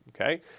okay